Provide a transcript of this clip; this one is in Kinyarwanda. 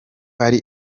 ari